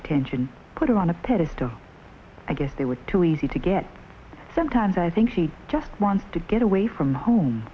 attention put him on a pedestal i guess they were too easy to get sometimes i think he just wants to get away from home